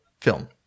film